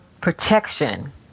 protection